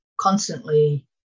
constantly